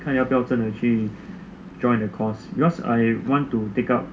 看你要不要真的去 join the course because I want to take up